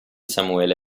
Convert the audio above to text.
samuele